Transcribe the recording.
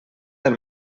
del